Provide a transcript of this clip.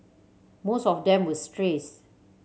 most of them were strays